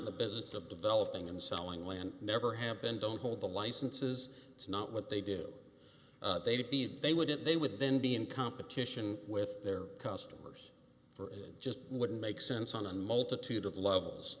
in the business of developing and selling land never happened don't hold the licenses it's not what they do they would be they wouldn't they would then be in competition with their customers for it just wouldn't make sense on a multitude of levels